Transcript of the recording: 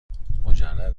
مجرد